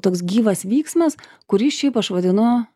toks gyvas vyksmas kurį šiaip aš vadinu